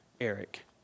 Eric